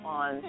on